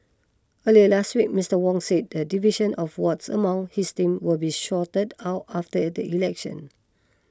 earlier last week Mister Wong said the division of wards among his team will be sorted out after it election